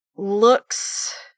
Looks